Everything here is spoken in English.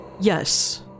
Yes